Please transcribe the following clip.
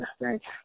Thanks